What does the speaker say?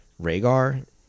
Rhaegar